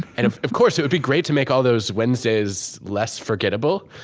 and of course, it would be great to make all those wednesdays less forgettable,